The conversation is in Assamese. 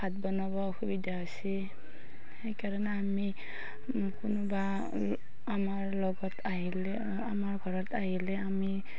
ভাত বনাব অসুবিধা হৈছি সেইকাৰণে আমি কোনোবা আমাৰ লগত আহিলে আমাৰ ঘৰত আহিলে আমি